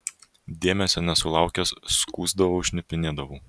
dėmesio nesulaukęs skųsdavau šnipinėdavau